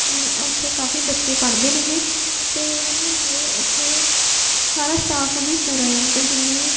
ਉੱਥੇ ਕਾਫੀ ਬੱਚੇ ਪੜ੍ਹਦੇ ਨੇਗੇ ਅਤੇ ਹੈ ਨਾ ਨਾਲੇ ਉਥੇ ਸਾਰਾ ਸਟਾਫ ਵੀ ਪੂਰਾ ਆ ਮਤਲਬ ਜਿੰਨੇ